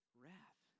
wrath